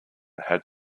had